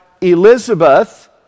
Elizabeth